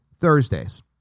Thursdays